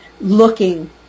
looking